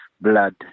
blood